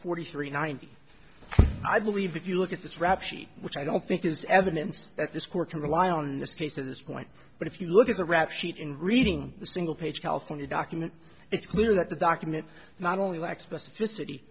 forty three ninety i believe if you look at this rap sheet which i don't think is evidence that this court can rely on in this case at this point but if you look at the rap sheet in reading the single page california document it's clear that the document not only lacks specificity